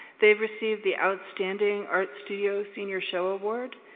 they received the outstanding art studio senior show award.